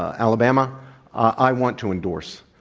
alabama i want to endorse.